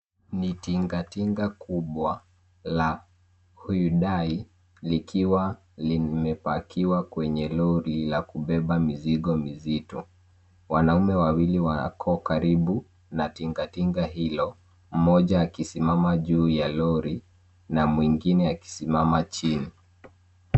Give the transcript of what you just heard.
Ni tingatinga kubwa la Hyundai , likiwa limepakiwa kwenye lori kubwa la kubeba mizigo. Wanaume wawili wako karibu, na tingatinga hilo, mmoja akisimama juu ya lori, na mwingine akisimama chini.